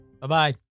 Bye-bye